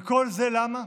וכל זה למה?